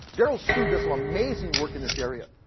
darrell su does some amazing work in this area.